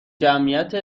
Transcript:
جمعیت